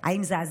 האם זה הזמן?